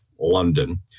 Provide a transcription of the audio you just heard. London